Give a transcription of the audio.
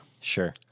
Sure